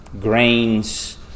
Grains